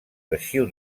arxiu